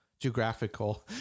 geographical